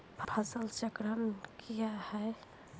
फसल चक्रण कया हैं?